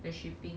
the shipping